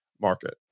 market